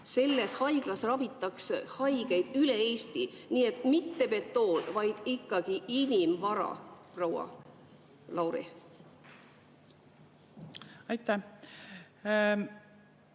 Selles haiglas ravitaks haigeid üle Eesti. Nii et mitte betoon, vaid ikkagi inimvara, proua Lauri. Aitäh!